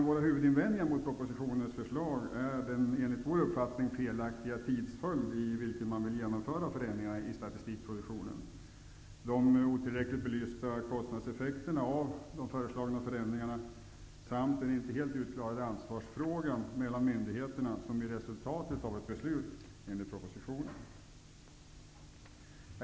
Våra huvudinvändningar mot förslaget i propositionen är den enligt vår uppfattning felaktiga tidsföljd i vilken man vill genomföra förändringarna i statistikproduktionen, de otillräckligt belysta kostnadseffekterna av de föreslagna förändringarna samt den inte helt utklarade ansvarsfrågan mellan myndigheterna som blir resultatet av ett beslut enligt propositionen.